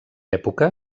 època